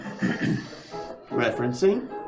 Referencing